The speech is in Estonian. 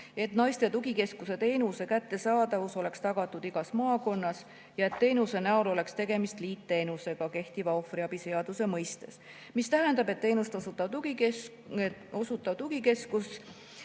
et naiste tugikeskuse teenuse kättesaadavus oleks tagatud igas maakonnas ja et teenus oleks liitteenus kehtiva ohvriabi seaduse mõistes, mis tähendab, et teenust osutav tugikeskus